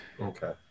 Okay